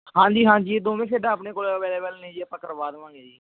ਹਾਂਜੀ ਹਾਂਜੀ ਦੋਵੇਂ ਖੇਡਾਂ ਆਪਣੇ ਕੋਲ ਅਵੇਲੇਬਲ ਨੇ ਜੀ ਆਪਾਂ ਕਰਵਾ ਦੇਵਾਂਗੇ ਜੀ